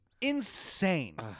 insane